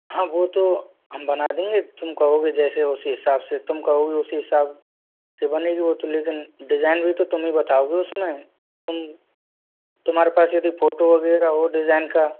हाँ वो तो हम बना देंगे तुम कहोगे जैसे उसी हिसाब से तुम कहोगे उसी हिसाब से बनेंगी वो तो लेकिन डिज़ाइन भी तो तुम ही बताओंगे उसमें तुम तुम्हारे पास यदि फोटो वगैरह हो डिज़ाइन का